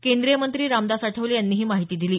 केंद्रीय मंत्री रामदास आठवले यांनी ही माहिती दिली आहे